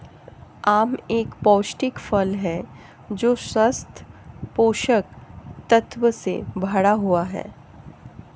आम एक पौष्टिक फल है जो स्वस्थ पोषक तत्वों से भरा हुआ है